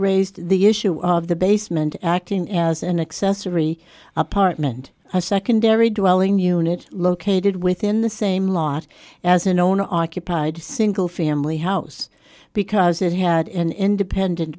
raised the issue of the basement acting as an accessory apartment a secondary dwelling unit located within the same lot as an owner occupied single family house because it had an independent